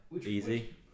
Easy